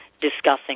discussing